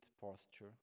posture